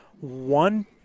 one